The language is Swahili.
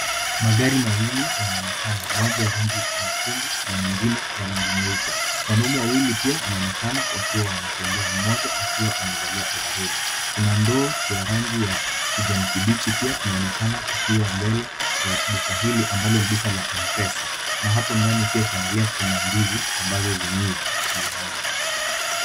Magari mawili yanaonekana moja ya rangi nyekundu na nyingine ya rangi nyeupe. Wanaume wawili pia wanaonekana wakiwa wanatembea, moja akiwa amevalia overoli. Kuna ndoo ya rangi ya kijani kibichi pia inaonekana ikiwa mbele ya duka hili ambalo ni duka la Mpesa. Na hapo ndani pia kile kuna ndizi ambazo zimeiva zinauzwa.